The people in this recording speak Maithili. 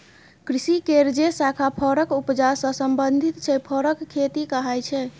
कृषि केर जे शाखा फरक उपजा सँ संबंधित छै फरक खेती कहाइ छै